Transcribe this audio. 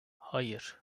hayır